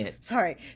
Sorry